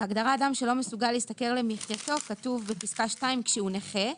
בהגדרה אדם שאינו מסוגל להשתכר למחייתו כתוב בפסקה (2) כשהוא נכה,